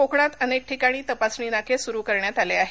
कोकणात अनेक ठिकाणी तपासणी नाके सुरू करण्यात आले आहेत